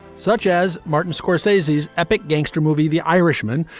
such as martin scorsese's epic gangster movie the irishman,